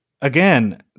again